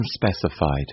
unspecified